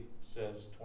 says